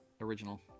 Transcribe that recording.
Original